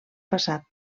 passat